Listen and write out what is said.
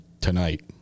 tonight